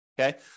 okay